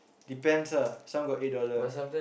depends ah some got eight dollar